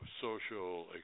social